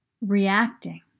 reacting